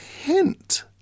hint